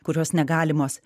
kurios negalimos